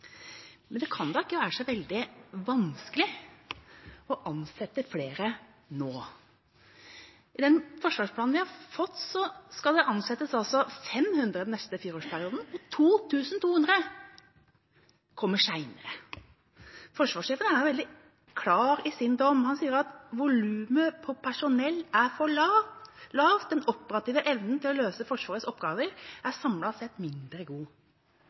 Men det kan da ikke være så veldig vanskelig å ansette flere nå. Ifølge den forsvarsplanen vi har fått, skal det ansettes 500 den neste fireårsperioden, 2 200 kommer senere. Forsvarssjefen er veldig klar i sin dom. Han sier at volumet på personell er for lavt, og at den operative evnen til å løse Forsvarets oppgaver samlet sett er mindre god.